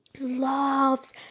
loves